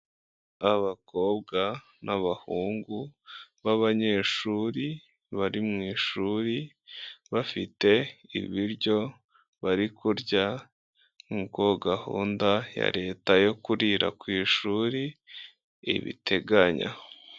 Abakobwa n'abahungu banyeshuri bari mu ishuri, bafite ibiryo bari kurya nk'uko gahunda ya leta yo kurira ku ishuri ibiteganya.